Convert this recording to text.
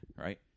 right